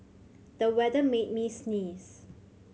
the weather made me sneeze